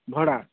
ଭଡ଼ା